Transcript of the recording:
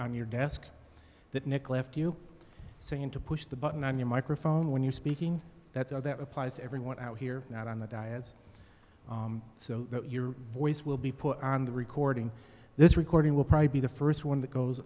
on your desk that nick left you saying to push the button on your microphone when you're speaking that's all that applies to everyone out here not on the diet so that your voice will be put on the recording this recording will probably be the first one that goes